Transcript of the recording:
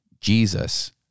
Jesus